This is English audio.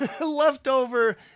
leftover